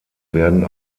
werden